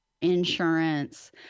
insurance